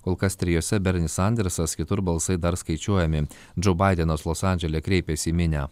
kol kas trijose bernis sandersas kitur balsai dar skaičiuojami džou baidenas los andžele kreipėsi į minią